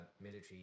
military